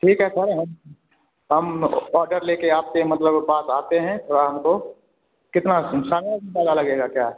ठीक है सर हम हम ओ ऑर्डर ले कर आपसे मतलब पास आते हैं थोड़ा हमको कितना समय ज्यादा लगेगा क्या